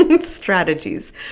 strategies